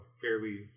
fairly